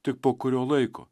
tik po kurio laiko